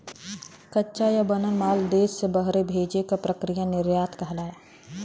कच्चा या बनल माल देश से बहरे भेजे क प्रक्रिया निर्यात कहलाला